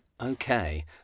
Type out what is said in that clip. Okay